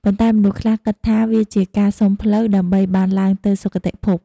ប៉ុន្តែមនុស្សខ្លះគិតថា វាជាការសុំផ្លូវ ដើម្បីបានឡើងទៅសុគតិភព។